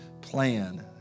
plan